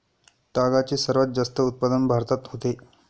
तागाचे सर्वात जास्त उत्पादन भारतात होते